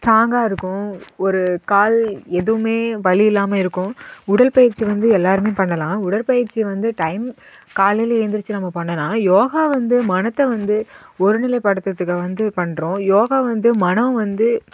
ஸ்ட்ராங்காக இருக்கும் ஒரு கால் எதுவுமே வலி இல்லாமல் இருக்கும் உடற்பயிற்சி வந்து எல்லாேருமே பண்ணலாம் உடற்பயிற்சி வந்து டைம் காலையிலே எழுந்துரிச்சி நம்ம பண்ணலாம் யோகா வந்து மனத்தை வந்து ஒரு நிலை படுத்துகிறதுக்கு வந்து பண்ணுறோம் யோகா வந்து மனம் வந்து